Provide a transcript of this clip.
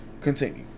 Continue